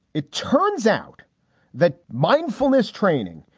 it turns out that mindfulness training,